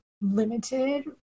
limited